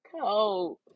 cold